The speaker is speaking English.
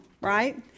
right